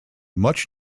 much